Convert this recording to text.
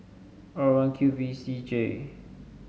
R one Q V C J